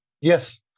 Yes